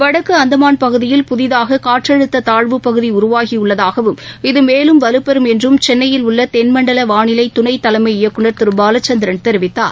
வடக்கு அந்தமான் பகுதியில் புதிதாக காற்றழுத்த தாழ்வுப் பகுதி உருவாகியுள்ளதாகவும் இது மேலும் வலுப்பெறும் என்றும் சென்னையில் உள்ள தென்மண்டல வாளிலை துணை தலைமை இயக்குநர் திரு பாலச்சந்திரன் தெரிவித்துள்ளார்